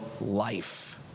life